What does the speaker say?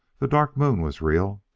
the dark moon was real!